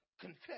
confess